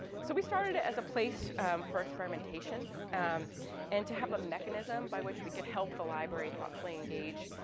so we started as a place for experimentation um and to have a mechanism by which we could help the library thoughtfully engage